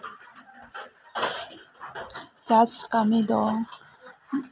ᱪᱟᱥ ᱠᱟᱹᱢᱤ ᱫᱚ